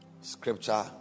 scripture